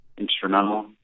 instrumental